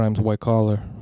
white-collar